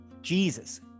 Jesus